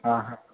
ആ ആ